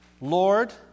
Lord